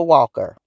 Walker